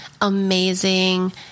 amazing